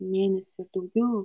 mėnesį ir daugiau